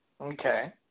Okay